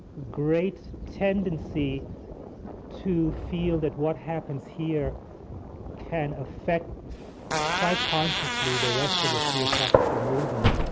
great tendency to feel that what happens here can affect quite consciously the rest of the theosophical movement.